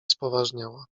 spoważniała